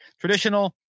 Traditional